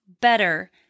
Better